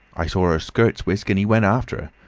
i saw her ah skirts whisk, and he went after